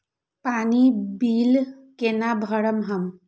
पानी बील केना भरब हम?